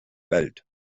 welt